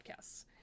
podcasts